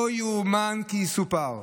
לא יאומן כי יסופר,